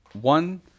one